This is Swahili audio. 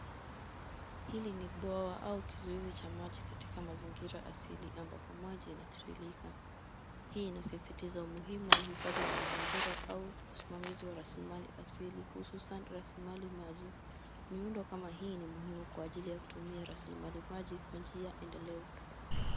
Hili ni bwawa au kizuizi cha maji katika mazingira asili ambapo maji yanatiririka. Hii inasisistiza umuhimu wa uhifadhi wa mazingira au usimamizi wa rasilimali asili hususan rasilimali maji. Miundo kama hii ni muhimu kwa ajili ya kutumia rasilimali maji kwa njia endelevu.